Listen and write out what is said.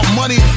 money